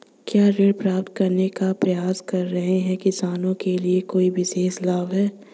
क्या ऋण प्राप्त करने का प्रयास कर रहे किसानों के लिए कोई विशेष लाभ हैं?